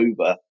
over